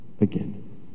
again